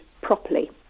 properly